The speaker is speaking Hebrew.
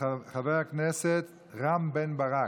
חבר הכנסת רם בן ברק,